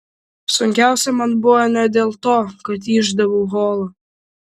sunkiausia man buvo ne dėl to kad išdaviau holą